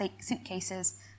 suitcases